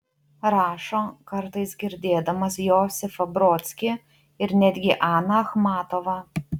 rašo kartais girdėdamas josifą brodskį ir netgi aną achmatovą